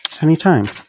Anytime